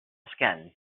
skin